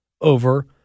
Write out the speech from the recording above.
over